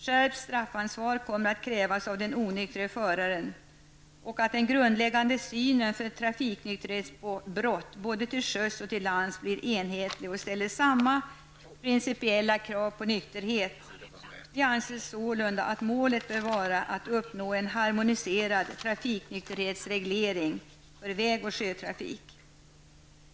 Skärpt straffansvar kommer att krävas av den onyktre föraren, och den grundläggande synen för trafiknykterhetsbrott både till sjöss och till lands blir enhetlig och ställer samma principiella krav på nykterhet. Vi anser sålunda att målet bör vara att uppnå en harmoniserad trafiknykterhetsreglering för väg och sjötrafik.